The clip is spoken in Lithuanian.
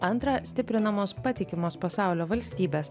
antra stiprinamos patikimos pasaulio valstybės